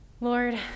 Lord